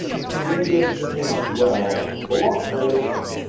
images, same as well. block list.